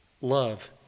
love